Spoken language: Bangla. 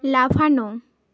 লাফানো